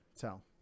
tell